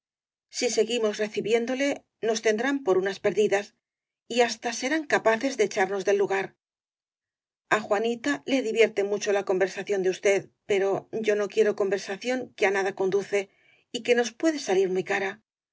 si se guimos recibiéndole nos tendrán por unas perdi das y hasta serán capaces de echarnos del lugai á juanita le divierte mucho la conversación de us ted pero yo no quiero conversación que á nada conduce y que nos puede salir muy cara